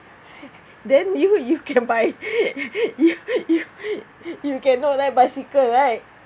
then you you can buy you you you cannot ride bicycle right